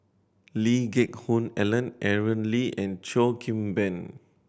Lee Geck Hoon Ellen Aaron Lee and Cheo Kim Ban